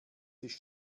sich